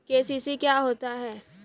KCC क्या होता है?